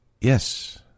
Yes